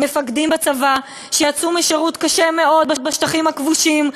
מפקדים בצבא שיצאו משירות קשה מאוד בשטחים הכבושים,